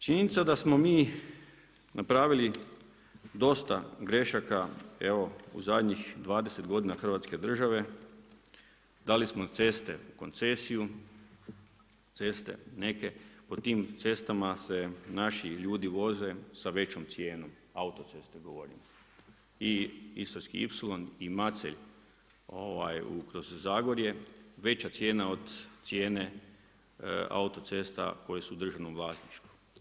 Činjenica da smo mi napravili dosta grešaka u zadnjih 20 godina Hrvatske države, dali smo ceste u koncesiju, ceste neke, po tim cestama se naši ljudi voze sa većom cijenom, autoceste govorim i Istarski ipsilon i Macelj kroz Zagorje, veća cijena od cijene autocesta koje su u državnom vlasništvu.